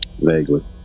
Vaguely